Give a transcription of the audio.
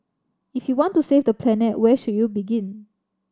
if you want to save the planet where should you begin